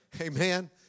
Amen